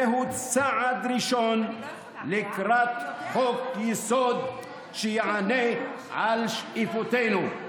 זהו צעד ראשון לקראת חוק-יסוד שיענה על שקיפותנו.